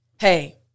Hey